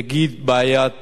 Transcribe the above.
יגיד: בעיית